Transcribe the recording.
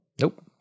Nope